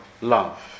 love